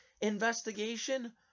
investigation